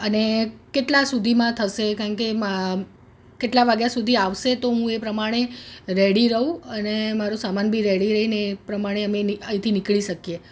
અને કેટલા સુધીમાં થશે કારણ કે કેટલા વાગ્યા સુધી આવશે તો હું એ પ્રમાણે રેડી રહું અને મારો સામાન બી રેડી રહીને એ પ્રમાણે અમે નીક અહીંથી નીકળી શકીએ